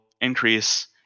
increase